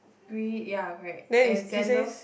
green ya correct and sandals